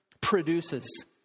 Produces